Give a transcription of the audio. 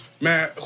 Man